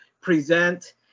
present